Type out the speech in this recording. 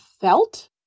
felt